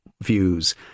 views